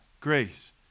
Grace